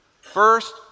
First